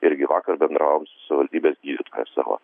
irgi vakar bendravom su savivaldybės gydytoja savo